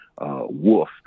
Wolf